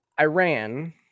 Iran